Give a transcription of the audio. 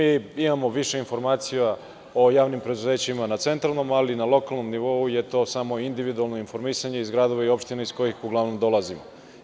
Imamo više informacija o javnim preduzećima na centralnom, ali na lokalnom nivou to je samo individualno informisanje iz gradova i opština iz kojih uglavnom dolazimo.